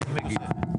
אני מגיב.